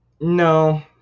No